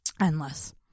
Endless